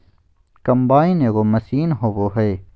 combine एगो machine होबा हइ